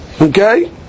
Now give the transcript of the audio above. Okay